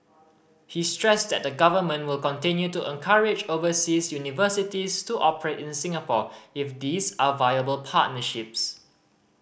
he stressed that the Government will continue to encourage overseas universities to operate in Singapore if these are viable partnerships